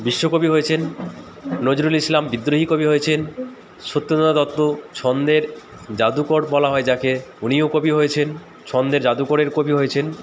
বিশ্বকবি হয়েছেন নজরুল ইসলাম বিদ্রোহী কবি হয়েছেন সত্যেন্দ্রনাথ দত্ত ছন্দের জাদুকর বলা হয় যাকে উনিও কবি হয়েছেন ছন্দের জাদুকরের কবি হয়েছেন